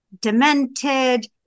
demented